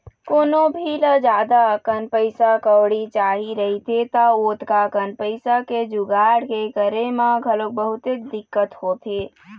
कोनो भी ल जादा अकन पइसा कउड़ी चाही रहिथे त ओतका कन पइसा के जुगाड़ के करे म घलोक बहुतेच दिक्कत होथे